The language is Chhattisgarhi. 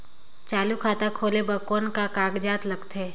चालू खाता खोले बर कौन का कागजात लगथे?